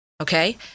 Okay